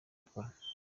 gukora